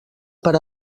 per